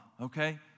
okay